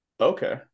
Okay